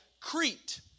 Crete